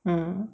mm